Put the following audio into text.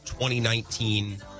2019